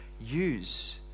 use